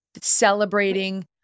celebrating